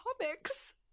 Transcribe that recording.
comics